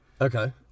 Okay